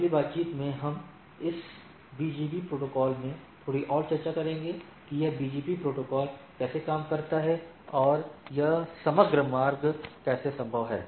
अगली बातचीत में हम इस बीजीपी प्रोटोकॉल में थोड़ी और चर्चा करेंगे कि यह बीजीपी प्रोटोकॉल कैसे काम करता है और यह समग्र मार्ग कैसे संभव है